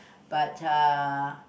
but uh